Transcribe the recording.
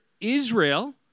Israel